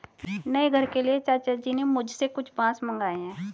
नए घर के लिए चाचा जी ने मुझसे कुछ बांस मंगाए हैं